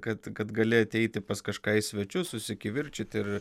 kad kad gali ateiti pas kažką į svečius susikivirčyti ir